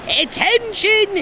attention